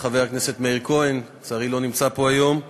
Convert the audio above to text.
לחבר הכנסת מאיר כהן, שלצערי לא נמצא פה היום,